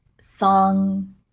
song